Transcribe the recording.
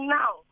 now